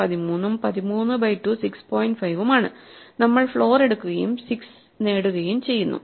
5 ഉം ആണ് നമ്മൾ ഫ്ലോർ എടുക്കുകയും 6 നേടുകയും ചെയ്യുന്നു